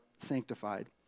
sanctified